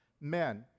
men